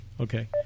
Okay